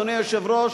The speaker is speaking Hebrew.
אדוני היושב-ראש,